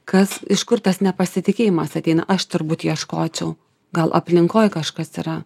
kas iš kur tas nepasitikėjimas ateina aš turbūt ieškočiau gal aplinkoj kažkas yra